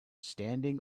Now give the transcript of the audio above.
standing